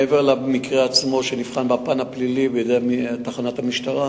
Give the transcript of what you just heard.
מעבר למקרה עצמו שנבחן בפן הפלילי בתחנת המשטרה,